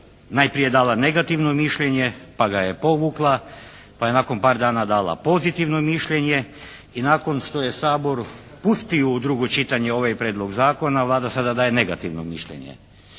najprije dala negativno mišljenje pa ga je povukla, pa je nakon par dana dala pozitivno mišljenje i nakon što je Sabor pustio u drugo čitanje ovaj prijedlog zakona Vlada sada daje negativno mišljenje.